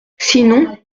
sinon